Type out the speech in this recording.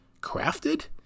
Crafted